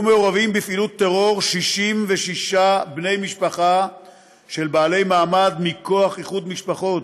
מעורבים בפעילות טרור 66 בני משפחה של בעלי מעמד מכוח איחוד משפחות.